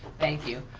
thank you.